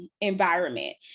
environment